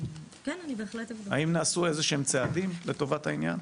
האם נעשו איזשהם צעדים לטובת העניין?